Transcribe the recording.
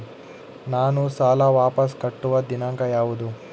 ನಾನು ಸಾಲ ವಾಪಸ್ ಕಟ್ಟುವ ದಿನಾಂಕ ಯಾವುದು?